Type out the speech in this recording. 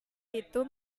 itu